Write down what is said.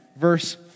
verse